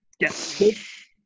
yes